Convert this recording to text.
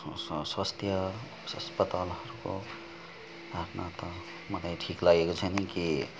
स्वास्थ्य अस्पतालहरूको हातमा त मलाई ठिक लागेको छैन कि